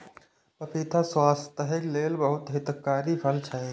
पपीता स्वास्थ्यक लेल बहुत हितकारी फल छै